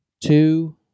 two